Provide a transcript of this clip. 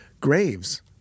graves